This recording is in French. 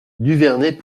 duvernet